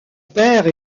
père